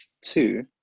Two